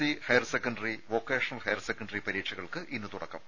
C higher secondary vocational higher secondary പരീക്ഷകൾക്ക് ഇന്ന് തുടക്കം